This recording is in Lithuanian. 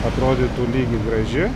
atrodytų lygi graži